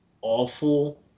awful